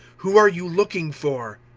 who are you looking for?